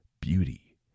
beauty